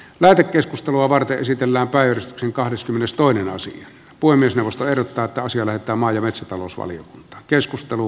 meillä keskustelua varten esitellään päivitys kahdeskymmenestoinen asuu voimistelusta erottaa toisille että maa ja metsätalousvalio keskustelu